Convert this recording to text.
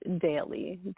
daily